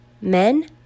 Men